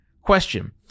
question